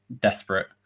desperate